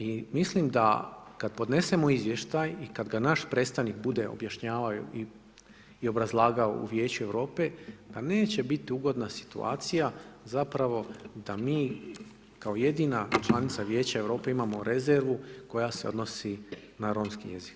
I mislim da kad podnesemo izvještaj i kad ga naš predstavnik bude objašnjavao i obrazlagao u Vijeću Europe, da neće biti ugodna situacija, zapravo da mi kao jedina članica Vijeća Europe imamo rezervu koja se odnosi na romski jezik.